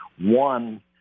One